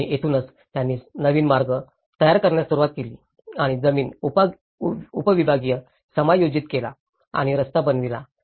आणि येथूनच त्यांनी नवीन मार्ग तयार करण्यास सुरुवात केली आणि जमीन उपविभाग समायोजित केला आणि रस्ता बनविला